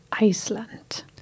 Iceland